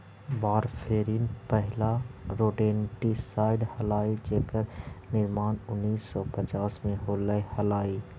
warfarin पहिला rodenticide हलाई जेकर निर्माण उन्नीस सौ पच्चास में होले हलाई